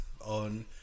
on